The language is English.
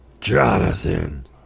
Jonathan